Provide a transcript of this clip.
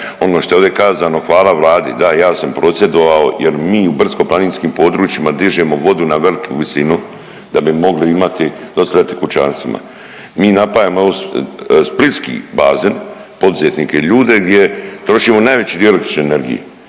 ono što je ovdje kazano hvala Vladi da ja sam prosvjedovao jer mi u brdsko-planinskim područjima dižemo vodu na veliku visinu da bi mogli imati, dostavljati kućanstvima. Mi napajamo splitski bazen, poduzetnike i ljude gdje trošimo najveći dio električne energije